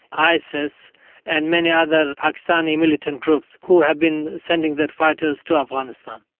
isis and many other pakistani militant groups who have been sending their fighters to afghanistan.